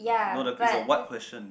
no the it's a what question